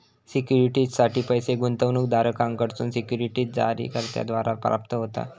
सिक्युरिटीजसाठी पैस गुंतवणूकदारांकडसून सिक्युरिटीज जारीकर्त्याद्वारा प्राप्त होता